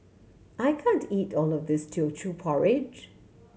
I can't eat all of this Teochew Porridge